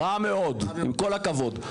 רע מאוד, עם כל הכבוד.